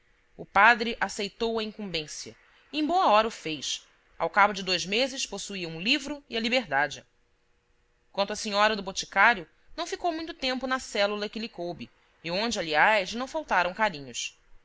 o padre aceitou a incumbência e em boa hora o fez ao cabo de dois meses possuía um livro e a liberdade quanto à senhora do boticário não ficou muito tempo na célula que lhe coube e onde aliás lhe não faltaram carinhos